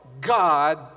God